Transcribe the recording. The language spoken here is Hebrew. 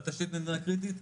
על תשתית מדינה קריטית,